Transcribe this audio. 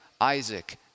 Isaac